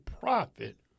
profit